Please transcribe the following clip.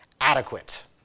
adequate